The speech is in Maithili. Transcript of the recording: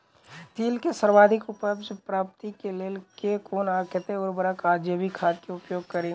तिल केँ सर्वाधिक उपज प्राप्ति केँ लेल केँ कुन आ कतेक उर्वरक वा जैविक खाद केँ उपयोग करि?